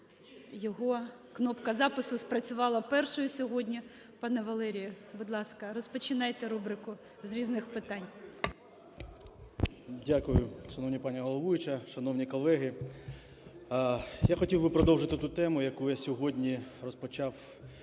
його кнопка запису спрацювала першою сьогодні. Пане Валерію, будь ласка, розпочинайте рубрику "з різних питань". 12:33:52 ПИСАРЕНКО В.В. Дякую. Шановна пані головуюча, шановні колеги! Я хотів би продовжити ту тему, яку я сьогодні розпочав